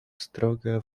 строгое